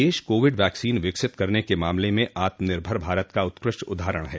देश Covid vaccine विकसित करने के मामले में आत्मनिर्भर भारत का उत्कृष्ट उदाहरण है